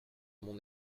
mon